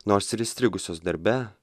nors įstrigusius darbe